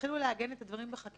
תתחילו לעגן את הדברים בחקיקה,